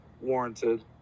warranted